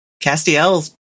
Castiel's